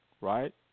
right